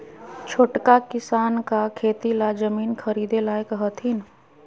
छोटका किसान का खेती ला जमीन ख़रीदे लायक हथीन?